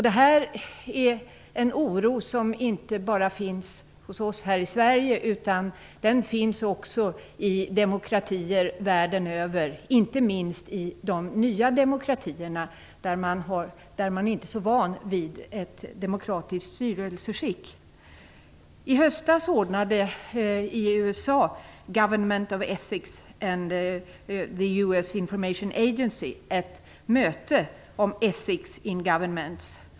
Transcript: Det här är en oro som inte bara finns hos oss här i Sverige, utan också finns i demokratier världen över, inte minst i de nya demokratierna, där man inte är så van vid ett demokratiskt styrelseskick. I höstas ordnade US Government of Ethics och Governments.